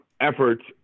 efforts